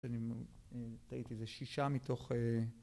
אני טעיתי, זה שישה מתוך